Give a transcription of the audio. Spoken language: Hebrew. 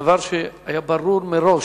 דבר שהיה ברור מראש,